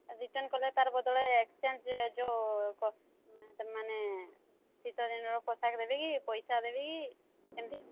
return କଲେ ତାର ବଦଳରେ ଏକ୍ସଚେଞ୍ଜ୍ ଯୋଉ ସେମାନେ ଶୀତ ଦିନର ପୋଷାକ ଦେବି କି ପଇସା ଦେବି କି ଏମିତି